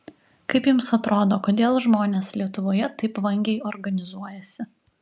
kaip jums atrodo kodėl žmonės lietuvoje taip vangiai organizuojasi